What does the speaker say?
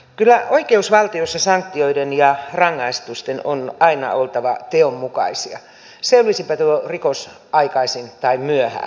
kyllä oikeusvaltiossa sanktioiden ja rangaistusten on aina oltava teon mukaisia selvisipä tuo rikos aikaisin tai myöhään